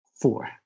four